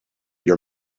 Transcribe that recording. your